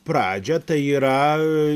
pradžia tai yra